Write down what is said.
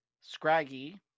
Scraggy